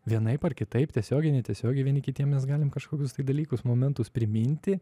vienaip ar kitaip tiesiogiai netiesiogiai vieni kitiem mes galim kažkokius dalykus momentus priminti